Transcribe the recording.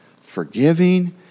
forgiving